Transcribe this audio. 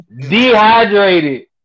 Dehydrated